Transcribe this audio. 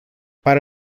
para